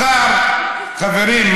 חברים,